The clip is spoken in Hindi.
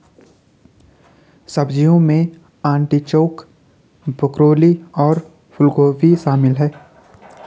सब्जियों में आर्टिचोक, ब्रोकोली और फूलगोभी शामिल है